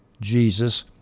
Jesus